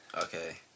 Okay